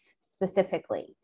specifically